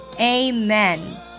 Amen